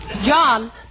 John